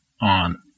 on